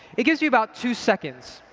it gives you about two seconds.